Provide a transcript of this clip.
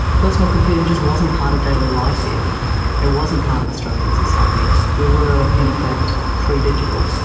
personal computing just wasn't part of daily life here it wasn't part of australian society we were, in effect, pre-digital.